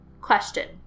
Question